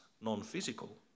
non-physical